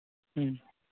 ᱦᱩᱸ